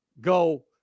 go